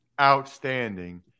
outstanding